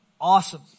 awesome